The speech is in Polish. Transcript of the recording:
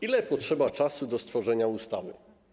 Ile potrzeba czasu na stworzenie ustawy?